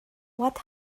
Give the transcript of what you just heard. what